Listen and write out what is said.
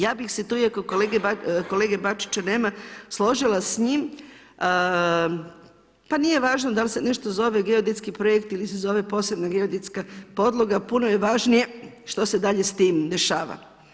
Ja bih se tu, iako kolege Bačića nema složila s njim, pa nije važno da li se nešto zove geodetski projekt ili se zove posebna geodetska podloga puno je važnije što se dalje s tim dešava.